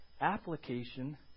application